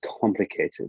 complicated